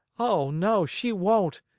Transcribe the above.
oh, no, she won't.